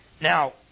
Now